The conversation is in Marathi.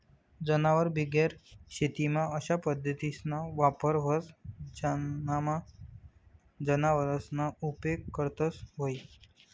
जनावरबिगेर शेतीमा अशा पद्धतीसना वापर व्हस ज्यानामा जनावरसना उपेग करतंस न्हयी